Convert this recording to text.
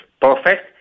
Perfect